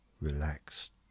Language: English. relaxed